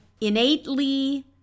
innately